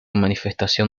manifestación